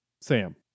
Sam